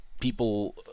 people